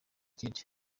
kid